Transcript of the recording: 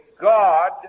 God